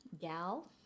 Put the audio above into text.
gal